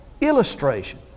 illustration